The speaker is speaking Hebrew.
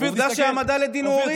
עובדה שהעמדה לדין הוא הוריד מהחוק.